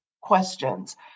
questions